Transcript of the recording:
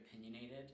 opinionated